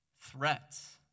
threats